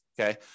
okay